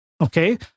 Okay